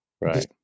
right